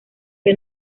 que